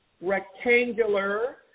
rectangular